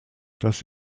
das